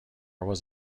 was